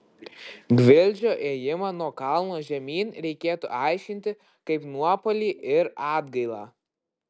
gvildžio ėjimą nuo kalno žemyn reikėtų aiškinti kaip nuopuolį ir atgailą